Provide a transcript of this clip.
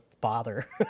bother